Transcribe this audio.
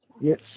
Yes